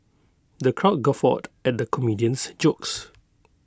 the crowd guffawed at the comedian's jokes